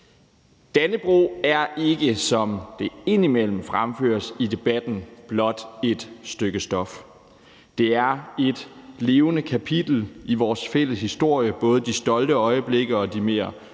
Dannebrog er ikke, som det indimellem fremføres i debatten, blot et stykke stof. Det er et levende kapitel i vores fælles historie, både de stolte øjeblikke og de mere